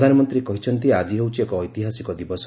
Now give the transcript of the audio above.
ପ୍ରଧାନମନ୍ତ୍ରୀ କହିଛନ୍ତି ଆଜି ହେଉଛି ଏକ ଐତିହାସିକ ଦିବସ